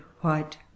White